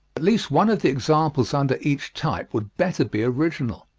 at least one of the examples under each type would better be original.